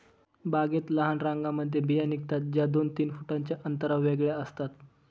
बागेत लहान रांगांमध्ये बिया निघतात, ज्या दोन तीन फुटांच्या अंतरावर वेगळ्या असतात